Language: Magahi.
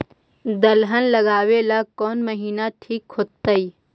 दलहन लगाबेला कौन महिना ठिक होतइ?